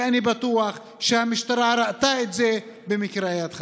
ואני בטוח שהמשטרה ראתה את זה במקרה של איאד אלחלאק.